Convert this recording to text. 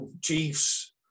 Chiefs